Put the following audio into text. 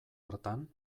hartan